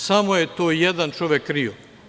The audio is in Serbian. Samo je to jedan čovek krio.